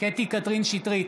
קטי קטרין שטרית,